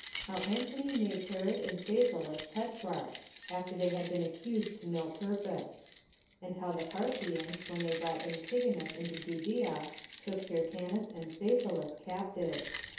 how antony made herod and phasaelus tetrarchs, after they had been accused to no purpose and how the parthians when they brought antigonus into judea took hyrcanus and phasaelus captives.